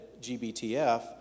GBTF